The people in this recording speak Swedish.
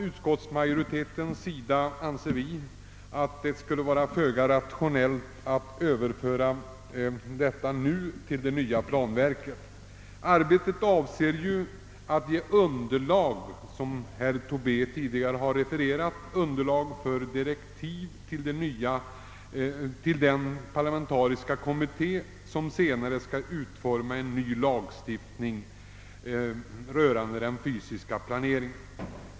Utskottsmajoriteten anser att det skulle vara föga rationellt att vidta denna överföring redan nu. Arbetet avser att ge underlag, såsom herr Tobé tidigare framhållit, för direktiv till den parlamentariska kommitté som senare skall utforma en ny lagstiftning rörande den fysiska planeringen.